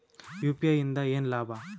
UPI ಇಂದ ಏನ್ ಲಾಭ?